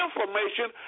information